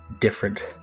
different